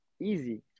easy